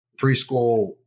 preschool